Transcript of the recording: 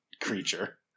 creature